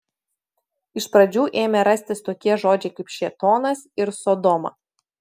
iš pradžių ėmė rastis tokie žodžiai kaip šėtonas ir sodoma